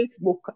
Facebook